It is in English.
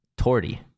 Torty